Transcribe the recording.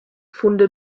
funde